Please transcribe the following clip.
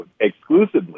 exclusively